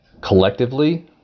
collectively